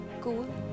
cool